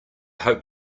hope